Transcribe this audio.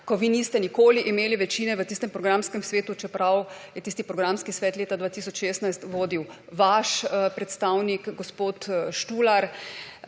ko vi niste nikoli imeli večine v tistem programskem svetu, čeprav je tisti programski svet leta 2016 vodil vaš predstavnik gospod Štular.